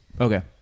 Okay